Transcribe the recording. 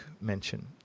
mention